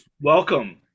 welcome